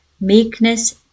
meekness